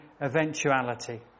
eventuality